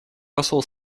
посол